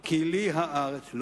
כי לי הארץ".